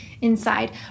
inside